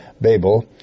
Babel